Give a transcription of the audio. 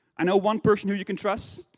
i know one person who you can trust.